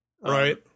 Right